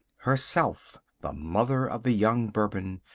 herself the mother of the young bourbon,